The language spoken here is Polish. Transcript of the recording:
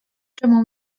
czemu